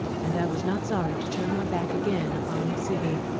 and i was not sorry to turn my back again upon the city.